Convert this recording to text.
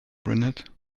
brunette